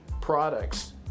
products